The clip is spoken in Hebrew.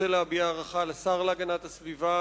אני רוצה להביע הערכה לשר להגנת הסביבה